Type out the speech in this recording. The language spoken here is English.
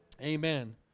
amen